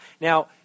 Now